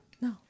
no